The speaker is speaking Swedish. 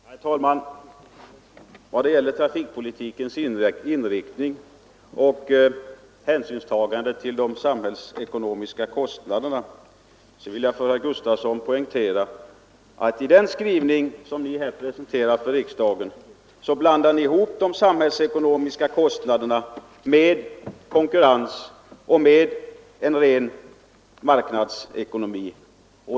Herr talman! I vad gäller trafikpolitikens inriktning och hänsynstagandet till de sam hällsekonomiska kostnaderna vill jag poängtera att i den skrivning som ni har presenterat för riksdagen blandar ni ihop de samhällsekonomiska kostnaderna med konkurrens och med en ren marknadsekonomi.